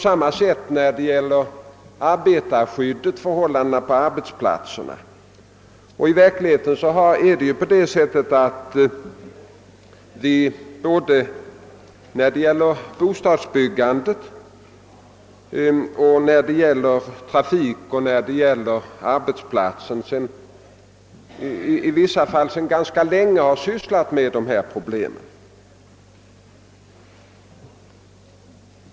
Detsamma är fallet när det gäller arbetarskyddet och förhållandena på arbetsplatserna. I själva verket har vi när det gäller både bostadsbyggandet, trafiken och arbetsplatsförhållandena sedan ganska lång tid tillbaka sysslat med bullerproblemen.